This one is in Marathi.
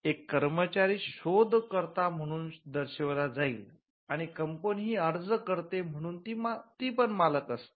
एक कर्मचारी शोध कर्ता म्हणून दर्शविला जाईल आणि कंपनी ही अर्ज करते म्हणून ती पण मालक असते